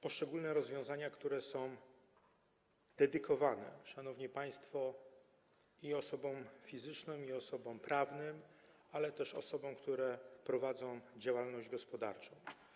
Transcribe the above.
Poszczególne rozwiązania są dedykowane, szanowni państwo, osobom fizycznym, osobom prawnym, ale też osobom, które prowadzą działalność gospodarczą.